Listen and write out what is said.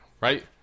right